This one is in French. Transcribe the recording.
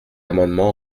amendement